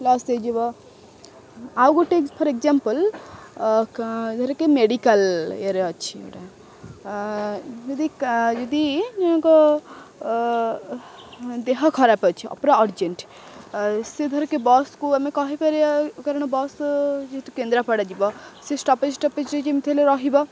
loss ହେଇଯିବ ଆଉ ଗୋଟେ ଫର୍ ଏକ୍ସାମ୍ପଲ୍ ଧରକେ ମେଡ଼ିକାଲ ଇଏରେ ଅଛି ଗୋଟେ ଯଦି ଯଦି ଜଣକ ଦେହ ଖରାପ ଅଛି ଅ ପରା ଅର୍ଜେଣ୍ଟ ସେ ଧରକେ ବସ୍କୁ ଆମେ କହିପାରିବା କାରଣ ବସ୍ ଯେହେତୁ କେନ୍ଦ୍ରାପଡ଼ା ଯିବ ସେ ଷ୍ଟପେଜ ଷ୍ଟପେଜ ଯେମିତି ହେଲେ ରହିବ